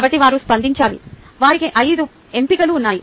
కాబట్టి వారు స్పందించాలి వారికి ఐదు ఎంపికలు ఉన్నాయి